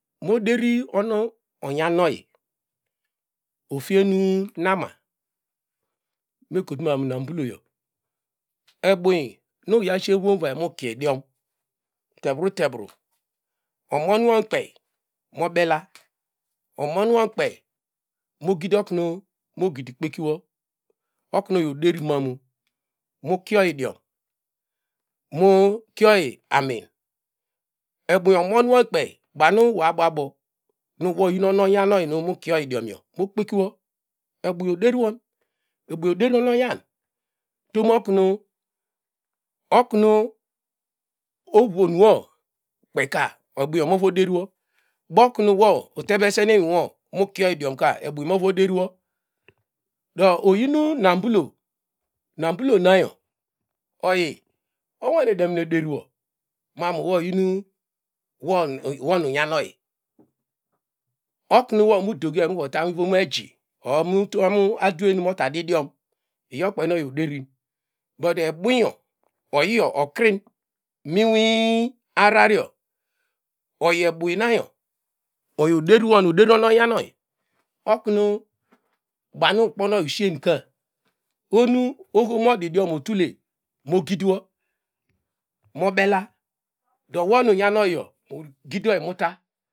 Moderi onu onyonyanow mofre nama mekro tunan nanbuloyo ebun na iya shie ivom vay mu kie idiom terrierim omonuokpe no bela omonuonkpe mogidi okru mogidi kpekuwo oknu oyi oderiman mukiryidiom mukioyi amin ebun omon wonkpey banu no abobo nawo oyin ono myanao numukioyi diom mokpekiwo ebuw oderinon ebu odein onuonyan tomo oknu oknu ovon nokpeyka movo deri mo bokum mo uteresnene inwi mokrey idiom ka ebum movo deriwo do oyin manbulo nambulonayo oyi owane demme deriwo mam wo oyinnu wo nu inyan oyi okun no mavo dogi oyi muva ta mivom eji or ato na due mota didiom iyokpey no oyi oderin but ebunyo oyiyo okrin molnoi ararar yo oyi ebumyo oyi oderiuon odem onamyanoyi oknu bamu ukponoyi ushien ka ohonu oho nu modidiem otude mogidino mobela dowo nu unyanoyiyo gidioyi muta.